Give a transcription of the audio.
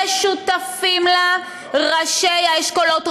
ושותפים לה ראשי האשכולות,